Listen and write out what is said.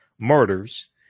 Murders